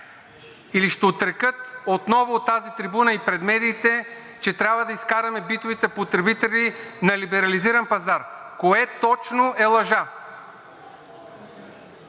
или ще отрекат отново от тази трибуна и пред медиите, че трябва да изкараме битовите потребители на либерализиран пазар. Кое точно е лъжа?!